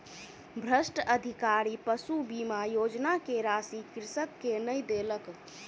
भ्रष्ट अधिकारी पशु बीमा योजना के राशि कृषक के नै देलक